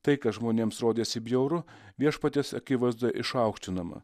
tai kas žmonėms rodėsi bjauru viešpaties akivaizdoje išaukštinama